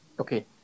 Okay